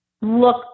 look